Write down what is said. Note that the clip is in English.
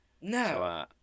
No